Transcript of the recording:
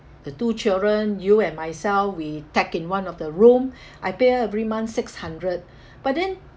the two children you and myself we tuck in one of the room I pay every month six hundred but then